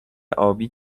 آبی